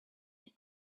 that